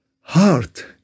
heart